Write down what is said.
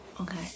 Okay